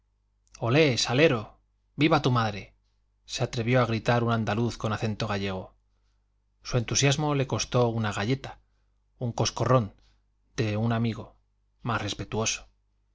olé salero viva tu mare se atrevió a gritar un andaluz con acento gallego su entusiasmo le costó una galleta un coscorrón de un su amigo más respetuoso